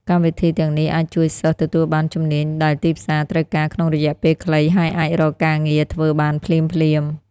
កម្មវិធីទាំងនេះអាចជួយសិស្សទទួលបានជំនាញដែលទីផ្សារត្រូវការក្នុងរយៈពេលខ្លីហើយអាចរកការងារធ្វើបានភ្លាមៗ។